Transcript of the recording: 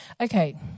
Okay